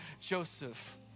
Joseph